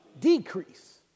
decrease